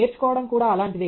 నేర్చుకోవడం కూడా అలాంటిదే